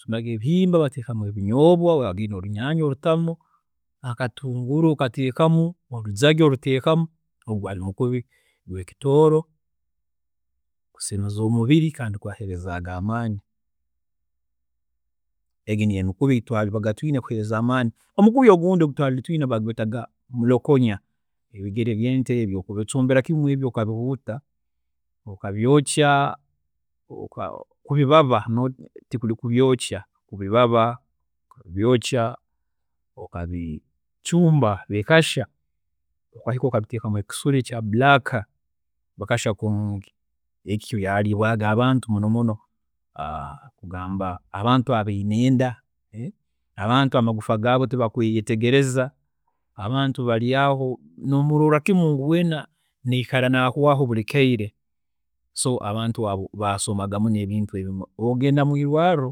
﻿Waakwataga ebihimba oteekamu ebinyoobwa, waabaga otine enyaanya orutamu, akatunguru okateekamu, orujagi oruteekamu, ogu gwaari mukubi gweekitooro kusemeza omubiri kandi gwaaheerezaaga amaani. Egi niyo emikubi eyi twaabaga twiine ekutuheereza amaani. Omukubi ogundi ogu twaari twiine baagweetaga mulokonya, ebigere by'ente ebi kubicumbira kimu okabihuuta, okabyookya, oka kubibaba tikuli kubyookya, kubibaba, obyookya okabicuumba bikashya okahika okabiteekamu ekisula ekya black bikashya kurungi. Ebi byaariibwaaga abantu muno muno kugamba abantu abaine enda, abantu amagufwa gaabo tigakweeyetegeereza, abantu baryaaho nomuloorra kimu ngu weena naikara naahwaaho buri kaire, so abantu abo baasomaga muno ebintu ebi. Obu wagendaga mwiirwaarro,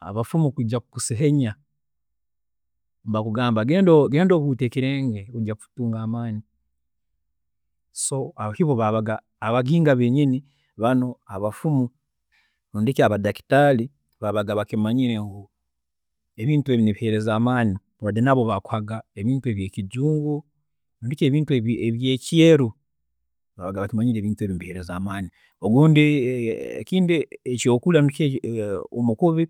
abafumu kwiija kukuseenya nibakugamba genda ohuute ekirenge noija kutunga amaani. So Ibo baabaga, abakinga benyini banu abafumu rundi ki abadakitaari baabaga bakimanyire ngu ebintu ebi nibiheereza amaani wadde nabo baakuhaga ebintu ebyekijungu rundi ki ebi- ebintu ebyeekyeeru, baabaga bakimanyire ngu ebintu ebi nibiheereza amaani. Obundi ekindi ekyookurya rundi ki omukubi